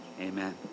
amen